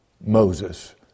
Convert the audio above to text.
Moses